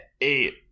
eight